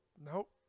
Nope